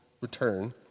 return